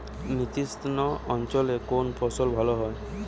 নাতিশীতোষ্ণ অঞ্চলে কোন ফসল ভালো হয়?